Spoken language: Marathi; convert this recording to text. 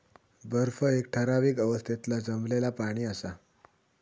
बर्फ एक ठरावीक अवस्थेतला जमलेला पाणि असा